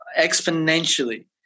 exponentially